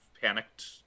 panicked